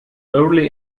early